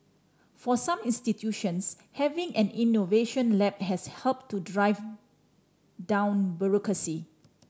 for some institutions having an innovation lab has helped to drive down bureaucracy